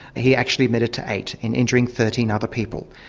he actually admitted to eight and injuring thirteen other people.